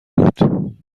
بود